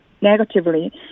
negatively